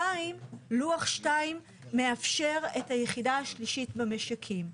שנית, לוח2 מאפשר את היחידה השלישית במשקים,